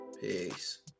Peace